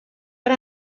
but